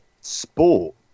sport